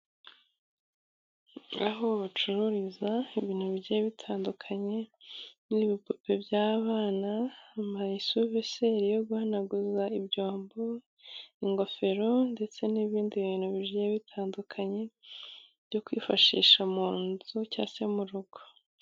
Aho bacururiza ibintu bigiye bitandukanye nk'ibipupe by'abana, ama esuveseri yo guhanaguza ibyombo, ingofero, ndetse n'ibindi bintu bigiyeye bitandukanye byo kwifashisha mu nzu cyangwa se mu rugo.